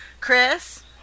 Chris